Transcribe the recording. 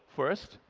first,